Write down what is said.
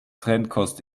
trennkost